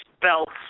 belts